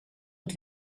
het